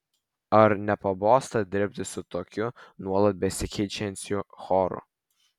ar nepabosta dirbti su tokiu nuolat besikeičiančiu choru